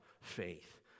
faith